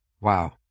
Wow